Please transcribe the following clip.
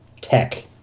tech